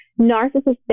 narcissistic